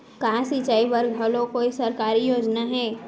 का सिंचाई बर घलो कोई सरकारी योजना हे?